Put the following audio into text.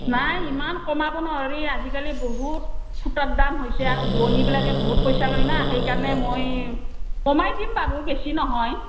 নাই ইমান কমাব নোৱাৰি আজিকালি বহুত সূতাৰ দাম হৈছে আৰু বোৱনীবিলাকে বহুত পইচা লয় ন' সেইকাৰণে মই কমাই দিম বাৰু বেছি নহয়